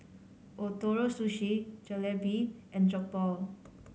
Ootoro Sushi Jalebi and Jokbal